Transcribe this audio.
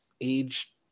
age